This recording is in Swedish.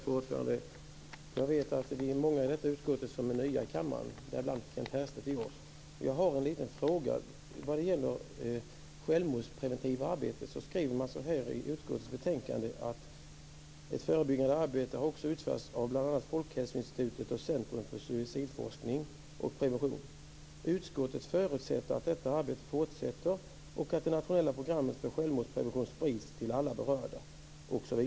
Fru talman! Jag vet att vi är många i detta utskott som är nya i kammaren, bl.a. Kent Härstedt. Jag har en liten fråga. När det gäller det självmordspreventiva arbetet skriver man så här i utskottets betänkande: "Ett förebyggande arbete utförs också av bl.a. Folkhälsoinstitutet och Centrum för suicidforskning och prevention. Utskottet förutsätter att detta arbete fortsätter och att det nationella programmet för självmordsprevention sprids till alla berörda."